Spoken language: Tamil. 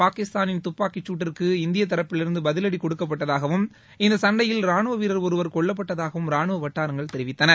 பாகிஸ்தானின் துப்பாக்கிச் சூட்டிற்கு இந்தியத் தரப்பிலிருந்து பதிவடி கொடுக்கப்பட்டதாகவும் இந்த சண்டையில் ராணுவ வீரர் ஒருவர் கொல்லப்பட்டதாக ராணுவ வட்டாரங்கள் தெரிவித்தன